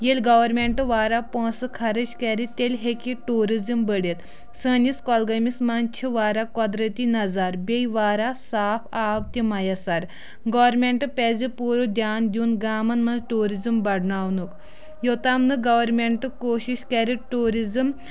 ییٚلہِ گورمنٹ وریاہ پونسہٕ خرٕچ کرِ تیٚلہِ ہٮ۪کہِ ٹوٗرزم بٔڑِتھ سٲنِس کولگٲمِس منز چھِ واریاہ قۄدرتی نظارٕ بیٚیہِ واریاہ صاف آب تہٕ میاسر گورمنٹ پَزِ پوٗرٕ دیان دوان گامن منٛز ٹوٗرزم بڑناونُک یوٚتام نہٕ گورمنٹ کوٗشش کرِ ٹوٗرزم